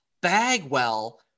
Bagwell